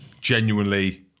genuinely